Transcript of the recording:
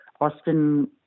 Austin